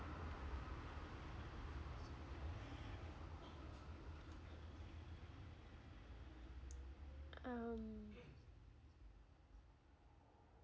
um